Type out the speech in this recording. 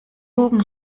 bogen